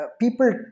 people